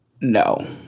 No